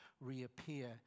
reappear